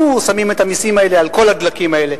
שמים את המסים האלה על כל הדלקים האלה,